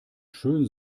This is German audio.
schön